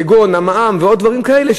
כגון המע"מ ועוד דברים כאלה,